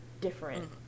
different